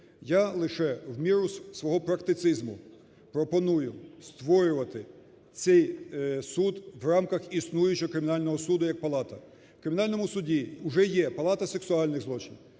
Я лише, в міру свого практицизму, пропоную створювати цей суд в рамках існуючого Кримінального суду, як палата. В Кримінальному суді вже є палата сексуальних злочинів,